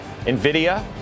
NVIDIA